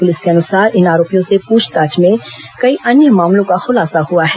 police के अनुसार इन आरोपियों से पूछताछ में कई अन्य मामलों का खुलासा हुआ है